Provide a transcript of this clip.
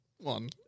one